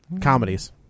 Comedies